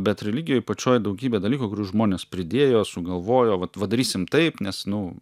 bet religijoj pačioj daugybė dalykų kurių žmonės pridėjo sugalvojo vat va darysim taip nes nu